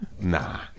Nah